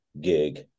gig